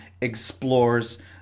explores